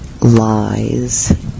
lies